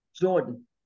Jordan